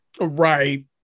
right